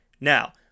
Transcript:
now